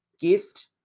gift